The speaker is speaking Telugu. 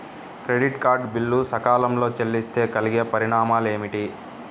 క్రెడిట్ కార్డ్ బిల్లు సకాలంలో చెల్లిస్తే కలిగే పరిణామాలేమిటి?